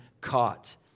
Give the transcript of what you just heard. caught